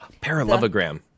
Parallelogram